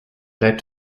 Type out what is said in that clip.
led